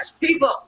people